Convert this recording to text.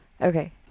Okay